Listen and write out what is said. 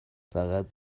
فقط